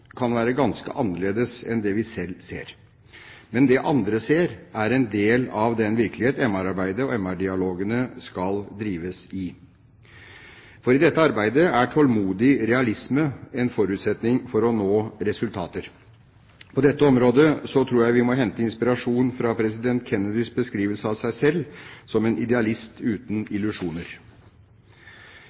kan være ganske annerledes enn det vi selv ser. Men det andre ser, er en del av den virkelighet menneskerettighetsarbeidet og menneskerettighetsdialogene skal drives i. I dette arbeidet er tålmodig realisme en forutsetning for å nå resultater. På dette området tror jeg vi må hente inspirasjon fra president Kennedys beskrivelse av seg selv, som en idealist uten illusjoner.